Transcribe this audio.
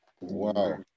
Wow